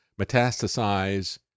metastasize